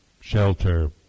shelter